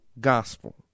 gospel